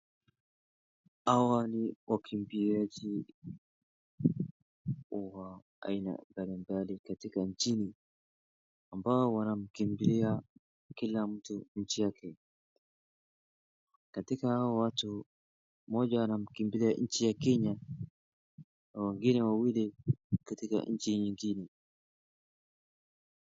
Hawa ni wakimbiaji wa aina mbali mbali katika nchini, ambao wanamkimbilia kila mtu nchi yake. Katika hawa watu, mmoja anamkimbilia nchi ya kenya, na wengine wawili katika nchi nyingine.